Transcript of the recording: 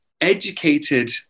educated